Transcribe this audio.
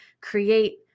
create